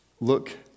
Look